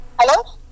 Hello